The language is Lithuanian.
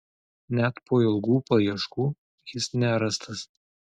net po ilgų paieškų jis nerastas